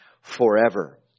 forever